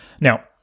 Now